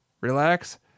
relax